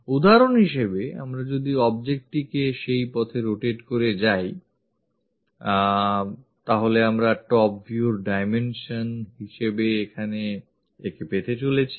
উদাহরণ হিসেবে আমরা যদি objectটিকে সেই পথে rotate করে যাই তাহলে আমরা top view র dimension হিসেবে এখানে একে পেতে চলেছি